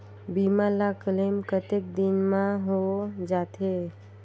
बीमा ला क्लेम कतेक दिन मां हों जाथे?